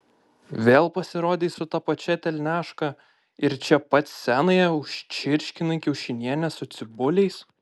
vėl pasirodei su ta pačia telniaška ir čia pat scenoje užčirškinai kiaušinienę su cibuliais